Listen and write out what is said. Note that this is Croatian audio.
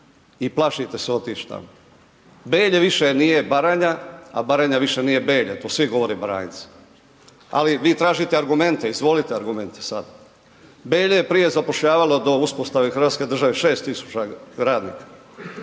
i plašite se otići tamo. Belje više nije Baranja, a Baranja više nije Belje, to svi govore Baranjci, ali vi tražite argumente, izvolite argumente sad. Belje je prije zapošljavalo do uspostave hrvatske države 6000 radnika,